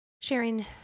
sharing